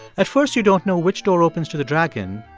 at first, you don't know which door opens to the dragon,